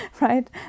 right